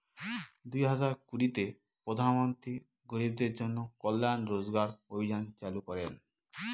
দুই হাজার কুড়িতে প্রধান মন্ত্রী গরিবদের জন্য কল্যান রোজগার অভিযান চালু করেন